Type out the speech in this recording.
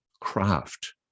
craft